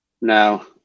Now